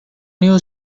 new